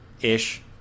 Ish